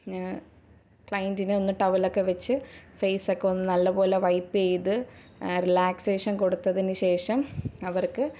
ക്ലൈൻ്റിനെ ഒന്ന് ടവലൊക്കെ വെച്ച് ഫെയ്സൊക്കെ ഒന്ന് നല്ലപോലെ വൈപ്പ് ചെയ്ത് റിലാക്സേഷൻ കൊടുത്തതിന് ശേഷം അവർക്ക്